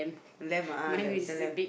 lamb ah the the lamb